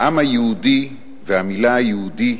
הביטוי "העם היהודי" והמלה "יהודי"